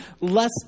less